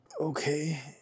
okay